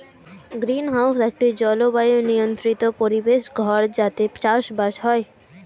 greenhouse একটি জলবায়ু নিয়ন্ত্রিত পরিবেশ ঘর যাতে চাষবাস হয়